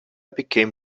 became